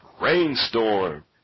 rainstorm